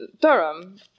Durham